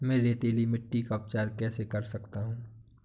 मैं रेतीली मिट्टी का उपचार कैसे कर सकता हूँ?